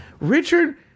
Richard